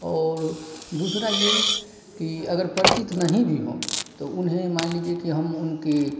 और दूसरा यह कि अगर परिचित नहीं भी हों तो उन्हें मान लीजिए कि हम उनकी